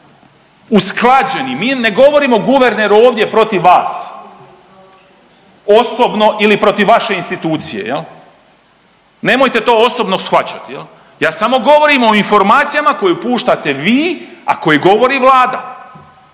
usklađeni, mi ne govorimo, guverneru, ovdje protiv vas. Osobno ili protiv vaše institucije, nemojte to osobno shvaćati, ja samo govorim o informacijama koju puštate vi, a koji govori Vlada